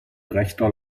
rechter